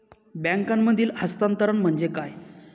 बँकांमधील हस्तांतरण म्हणजे काय?